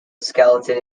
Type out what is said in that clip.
skeleton